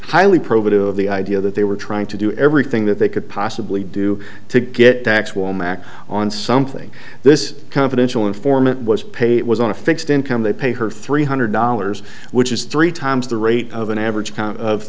of the idea that they were trying to do everything that they could possibly do to get tax womack on something this confidential informant was paid was on a fixed income they paid her three hundred dollars which is three times the rate of an average